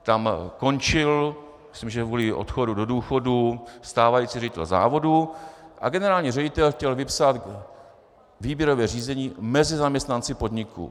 Tam končil, myslím, že kvůli odchodu do důchodu, stávající ředitel závodu a generální ředitel chtěl vypsat výběrové řízení mezi zaměstnanci podniku.